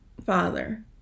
Father